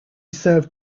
served